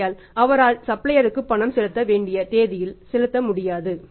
ஆகையால் அவரால் சப்ளையருக்கு பணம் செலுத்த வேண்டிய தேதியில் செலுத்த முடியாது